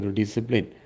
discipline